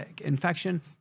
infection